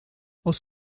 aus